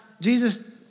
Jesus